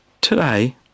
today